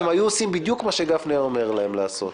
הם היו עושים בדיוק מה שגפני היה אומר להם לעשות.